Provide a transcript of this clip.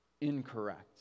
Incorrect